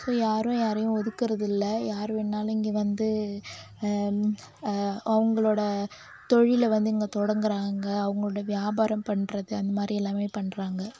so யாரும் யாரையும் ஒதுக்குறது இல்லை யார் வேணாலும் இங்கே வந்து அவங்களோட தொழிலை வந்து இங்கே தொடங்குறாங்க அவங்களோட வியாபாரம் பண்ணுறது அந்த மாரி எல்லாமே பண்ணுறாங்க